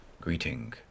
greeting